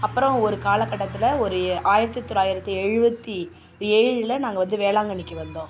அப்புறம் ஒரு காலக்கட்டத்தில் ஒரு ஆயிரத்தி தொள்ளாயிரத்தி எழுபத்தி ஏழில் நாங்கள் வந்து வேளாங்கண்ணிக்கு வந்தோம்